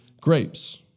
grapes